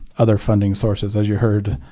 other funding sources. as you heard